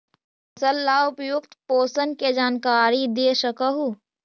फसल ला उपयुक्त पोषण के जानकारी दे सक हु?